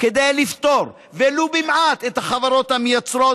כדי לפטור ולו במעט את החברות המייצרות